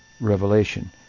revelation